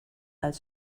als